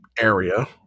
area